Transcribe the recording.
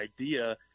idea